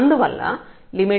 అందువల్ల x→0ϵ 0 అవుతుంది